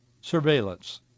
surveillance